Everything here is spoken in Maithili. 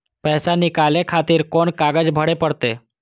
पैसा नीकाले खातिर कोन कागज भरे परतें?